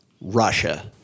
Russia